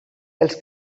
els